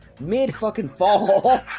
mid-fucking-fall